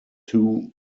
two